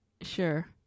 Sure